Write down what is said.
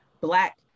Black